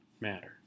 matter